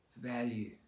value